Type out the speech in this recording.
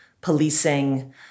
policing